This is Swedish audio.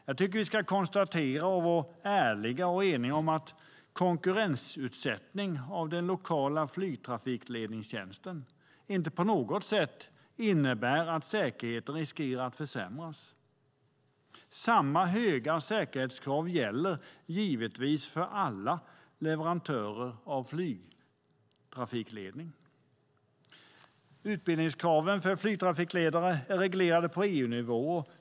Jag tycker att vi ska konstatera och vara ärliga och eniga om att konkurrensutsättning av den lokala flygtrafikledningstjänsten inte på något sätt innebär att säkerheten riskerar att försämras. Samma höga säkerhetskrav gäller givetvis för alla leverantörer av flygtrafikledning. Utbildningskraven för flygtrafikledare är reglerade på EU-nivå.